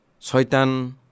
Soitan